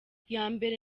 yambere